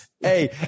Hey